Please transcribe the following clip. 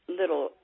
little